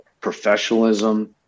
professionalism